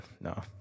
no